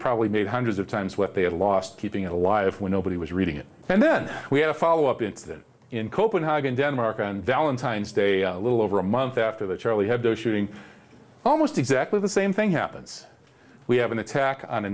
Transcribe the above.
probably made hundreds of times what they had lost keeping it alive when nobody was reading it and then we had a follow up incident in copenhagen denmark and valentine's day a little over a month after the charlie hebdo shooting almost exactly the same thing happens we have an attack on a